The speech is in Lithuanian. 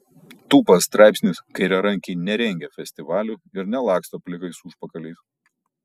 tūpas straipsnis kairiarankiai nerengia festivalių ir nelaksto plikais užpakaliais